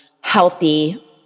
healthy